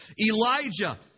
Elijah